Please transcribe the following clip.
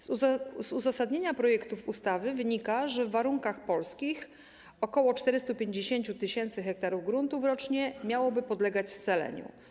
Z uzasadnienia projektu ustawy wynika, że w warunkach polskich ok. 450 tys. ha gruntów rocznie miałoby podlegać scaleniu.